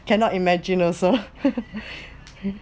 cannot imagine also